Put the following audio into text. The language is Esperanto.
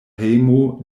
hejmo